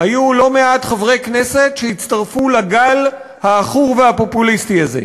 היו לא מעט חברי כנסת שהצטרפו לגל העכור והפופוליסטי הזה.